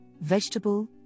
vegetable